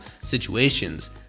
situations